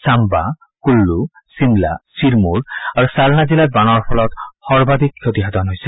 চাম্বা কুল্লু ছিমলা চিৰমৌৰ আৰু ছলান জিলাৰ বানৰ ফলত সৰ্বাধিক ক্ষতি সাধন হৈছে